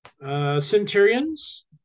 Centurions